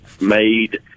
made